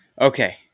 okay